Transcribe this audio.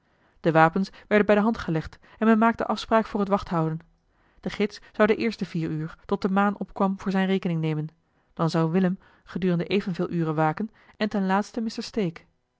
de wapens werden bij de hand gelegd en men maakte afspraak voor het wachthouden de gids zou de eerste vier uur tot de maan opkwam voor zijne rekening nemen dan zou willem gedurende evenveel uren waken en ten laatste